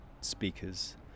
speakers